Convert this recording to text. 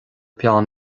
peann